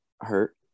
hurt